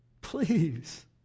Please